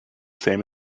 same